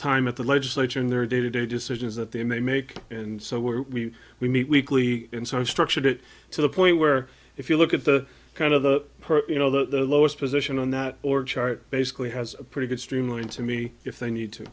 time at the legislature in their day to day decisions that they may make and so we we meet weekly in some structured it to the point where if you look at the kind of the you know the lowest position on that or chart basically has a pretty good streamlining to me if they need to